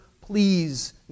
please